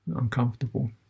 uncomfortable